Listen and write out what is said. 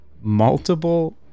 multiple